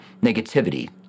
negativity